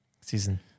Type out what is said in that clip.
season